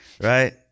Right